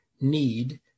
need